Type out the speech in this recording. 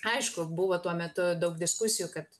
aišku buvo tuo metu daug diskusijų kad